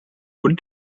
und